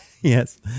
Yes